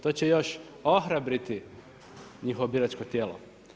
To će još ohrabriti njihovo biračko tijelo.